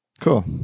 cool